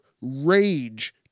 rage